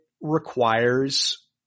requires